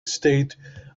state